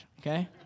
okay